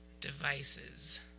devices